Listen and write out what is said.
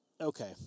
okay